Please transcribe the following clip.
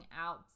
out